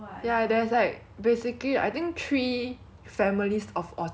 like the bedok one and then got one like bishan or like sengkang